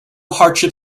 hardship